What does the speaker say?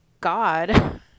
god